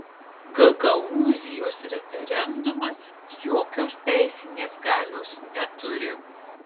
gagaūzijos referendumas jokios teisinės galios neturi